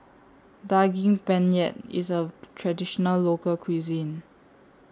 Daging Penyet IS A Traditional Local Cuisine